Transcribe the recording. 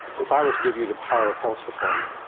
if i were to give you the power of health reform,